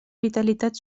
vitalitat